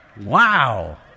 Wow